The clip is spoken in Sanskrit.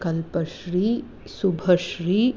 कल्पश्री सुभश्री